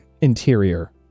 interior